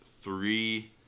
three